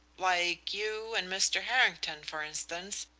like you and mr. harrington for instance,